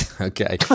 Okay